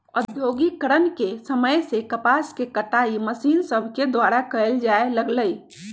औद्योगिकरण के समय से कपास के कताई मशीन सभके द्वारा कयल जाय लगलई